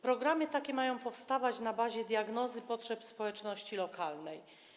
Programy takie mają powstawać na bazie diagnozy potrzeb społeczności lokalnej.